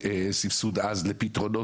ועלה נושא הבקבוקים.